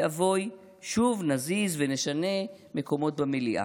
ואבוי, שוב נזיז ונשנה מקומות במליאה.